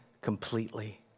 completely